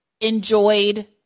enjoyed